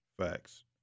Facts